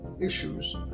issues